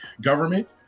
government